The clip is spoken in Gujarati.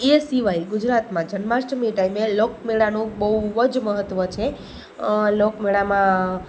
એ સિવાય ગુજરાતમાં જન્માષ્ટમી ટાઈમે લોક મેળાનું બહુ જ મહત્વ છે લોક મેળામાં